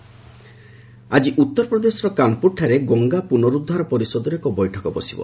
PM Kanpur ଆକି ଉତ୍ତରପ୍ରଦେଶର କାନପୁରଠାରେ ଗଙ୍ଗା ପୁନରୁଦ୍ଧାର ପରିଷଦର ଏକ ବୈଠକ ବସିବ